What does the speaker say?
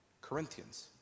Corinthians